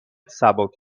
سبک